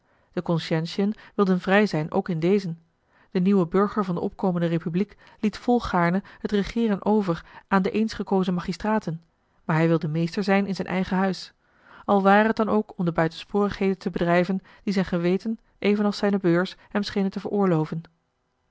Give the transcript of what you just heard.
de conscientiën wilden vrij zijn ook in dezen de nieuwe burger van de opkomende republiek liet volgaarne het regeeren over aan de eens gekozen magistraten maar hij wilde meester zijn in zijn eigen huis al ware het dan ook om de buitensporigheden te bedrijven die zijn geweten evenals zijne beurs hem schenen te veroorloven